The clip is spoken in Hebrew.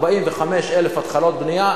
45,000 התחלות בנייה,